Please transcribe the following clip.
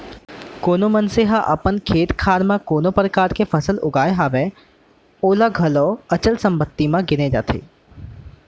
कोनो मनसे ह अपन खेत खार म कोनो परकार के फसल उगाय हवय ओला घलौ अचल संपत्ति म गिने जाथे